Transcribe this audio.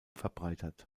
verbreitert